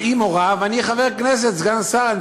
אז היא מורה, ואני חבר כנסת, סגן שר.